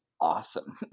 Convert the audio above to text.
awesome